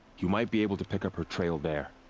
you might be able to pick up her trail there.